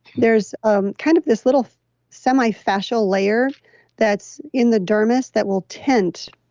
there's um kind of this little semi fascial layer that's in the dermis that will tent